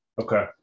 okay